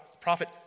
prophet